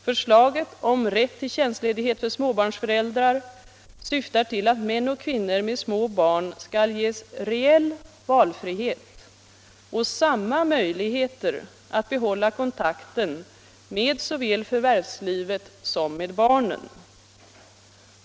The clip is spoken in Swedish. Förslaget om rätt till tjänstledighet för småbarnsföräldrar syftar till att män och kvinnor med små barn skall ges reell valfrihet och samma möjligheter att behålla kontakten med såväl förvärvslivet som med barnen.